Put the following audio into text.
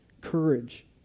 courage